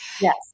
Yes